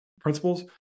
principles